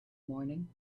morning